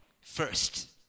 first